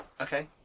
Okay